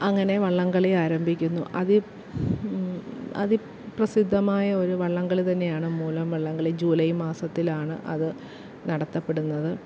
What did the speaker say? അങ്ങനെ വള്ളം കളി ആരംഭിക്കുന്നു അതി അതിപ്രസിദ്ധമായ ഒരു വള്ളം കളി തന്നെയാണ് മൂലം വള്ളം കളി ജൂലൈ മാസത്തിലാണ് അത് നടത്തപ്പെടുന്നത്